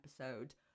episode